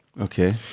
Okay